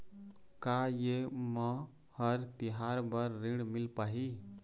का ये म हर तिहार बर ऋण मिल पाही?